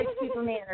Superman